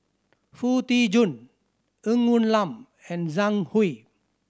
Foo Tee Jun Ng Woon Lam and Zhang Hui